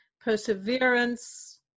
perseverance